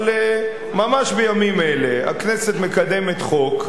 אבל ממש בימים אלה הכנסת מקדמת חוק,